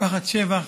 משפחת שבח.